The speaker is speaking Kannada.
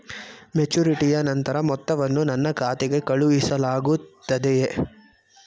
ಮೆಚುರಿಟಿಯ ನಂತರ ಮೊತ್ತವನ್ನು ನನ್ನ ಖಾತೆಗೆ ಕಳುಹಿಸಲಾಗುತ್ತದೆಯೇ?